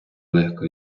легко